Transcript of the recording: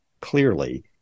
clearly